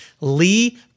Lee